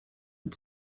and